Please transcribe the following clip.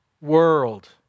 world